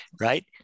right